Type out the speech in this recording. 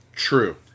true